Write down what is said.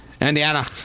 Indiana